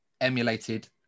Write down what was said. emulated